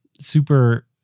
Super